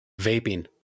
Vaping